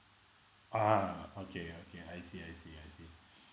ah okay okay I see I see I see